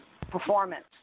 performance